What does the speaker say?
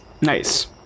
Nice